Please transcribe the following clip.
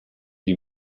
die